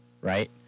right